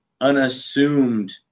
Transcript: unassumed